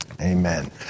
Amen